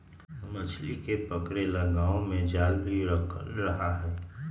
मछली के पकड़े ला गांव में जाल भी रखल रहा हई